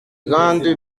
grande